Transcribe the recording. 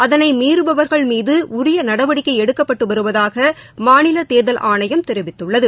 அதனை மீறுபவர்கள் மீது உரிய நடவடிக்கை எடுக்கப்பட்டு வருவதாக மாநிலத் தேர்தல் ஆணையம் தெரிவித்துள்ளது